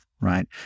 right